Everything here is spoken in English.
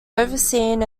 overseen